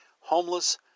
homeless